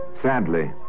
Sadly